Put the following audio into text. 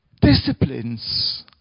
disciplines